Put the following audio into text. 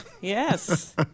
Yes